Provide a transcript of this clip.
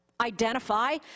identify